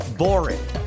boring